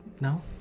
No